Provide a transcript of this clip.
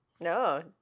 No